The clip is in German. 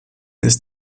ist